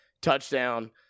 touchdown